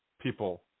people